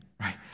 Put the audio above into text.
right